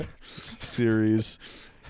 series